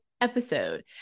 episode